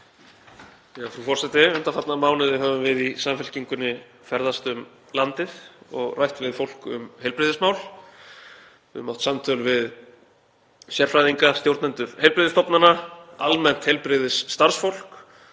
Frú forseti. Undanfarna mánuði höfum við í Samfylkingunni ferðast um landið og rætt við fólk um heilbrigðismál. Við höfum átt samtöl við sérfræðinga, stjórnendur heilbrigðisstofnana, almennt heilbrigðisstarfsfólk